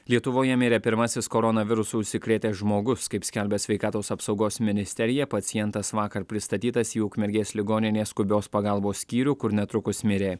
lietuvoje mirė pirmasis koronavirusu užsikrėtęs žmogus kaip skelbia sveikatos apsaugos ministerija pacientas vakar pristatytas į ukmergės ligoninės skubios pagalbos skyrių kur netrukus mirė